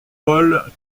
paul